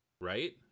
Right